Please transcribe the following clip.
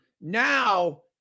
now